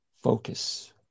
focus